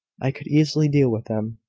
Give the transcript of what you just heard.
i could easily deal with them.